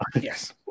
Yes